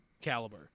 caliber